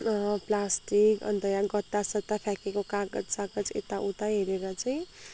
plastic अन्त यहाँ गत्तासत्ता फ्याँकेको कागजसागज यता उता हेरेर चाहिँ